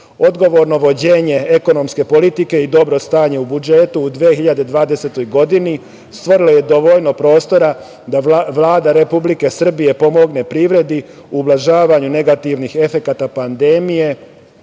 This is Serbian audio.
Odgovorno vođenje ekonomske politike i dobro stanje u budžetu u 2020. godini stvorila je dovoljno prostora da Vlada Republike Srbije pomogne privredi, ublažavanju negativnih efekata pandemije